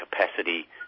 capacity